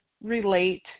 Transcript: relate